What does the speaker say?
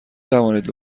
توانید